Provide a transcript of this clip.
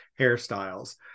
hairstyles